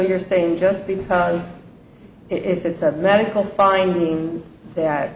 you're saying just because it's a medical finding that